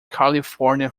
california